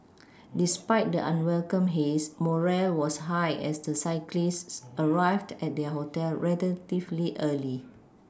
despite the unwelcome haze morale was high as the cyclists arrived at their hotel relatively early